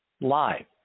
live